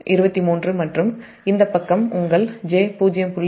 23 மற்றும் இந்த பக்கம் உங்கள் j0